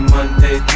Monday